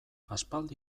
aspaldi